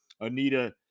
Anita